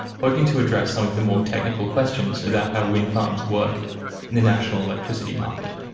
hoping to address some of the more technical questions about how wind farms work in the national electricity market.